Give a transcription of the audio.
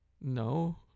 No